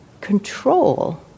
control